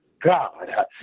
God